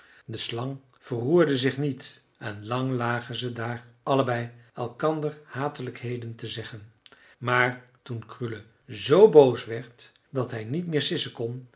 de slang verroerde zich niet en lang lagen ze daar allebei elkander hatelijkheden te zeggen maar toen krule z boos werd dat hij niet meer sissen kon